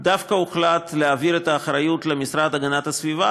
דווקא הוחלט להעביר את האחריות למשרד להגנת הסביבה,